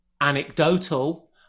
anecdotal